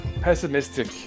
pessimistic